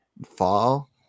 fall